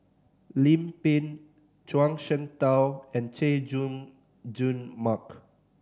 Lim Pin Zhuang Shengtao and Chay Jung Jun Mark